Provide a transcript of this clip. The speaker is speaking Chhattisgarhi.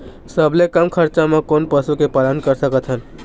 सबले कम खरचा मा कोन पशु के पालन कर सकथन?